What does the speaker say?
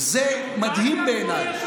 זה מדהים בעיניי.